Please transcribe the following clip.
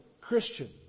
Christians